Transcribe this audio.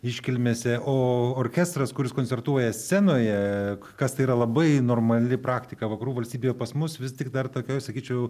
iškilmėse o orkestras kuris koncertuoja scenoje kas tai yra labai normali praktika vakarų valstybėj o pas mus vis tik dar tokioj sakyčiau